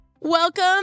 Welcome